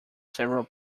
several